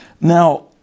Now